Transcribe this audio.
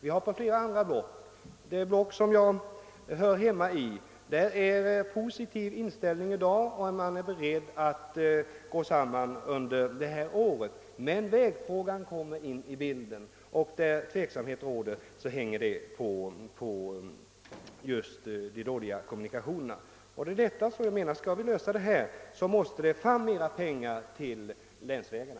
I flera andra kommunblock, bl.a. det som jag hör hemma i, är man positivt inställd till att gå samman under detta år. Men så kommer vägfrågan in i bilden, och då uppstår tveksamhet. Hela sammanläggningsfrågan hänger just på de dåliga kommunikationerna. Om problemen skall kunna lösas måste vi alltså ha mera pengar till upprustning av länsvägarna.